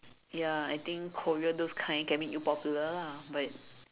ya I think Korea those kind can make you popular lah but